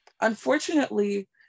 unfortunately